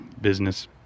business